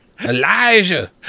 Elijah